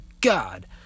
God